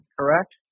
correct